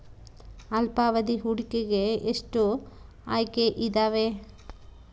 ಅಲ್ಪಾವಧಿ ಹೂಡಿಕೆಗೆ ಎಷ್ಟು ಆಯ್ಕೆ ಇದಾವೇ?